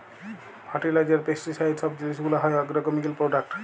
fertiliser, pesticide সব জিলিস গুলা হ্যয় আগ্রকেমিকাল প্রোডাক্ট